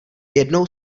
jednou